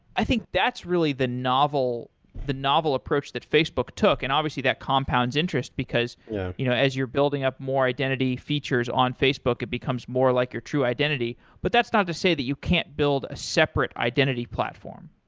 i think that's really the novel the novel approach that facebook took, and obviously that compounds interest because yeah you know as you're building up more identity features on facebook it becomes more like your true identity, but that's not to say that you can't build a separate identity platform.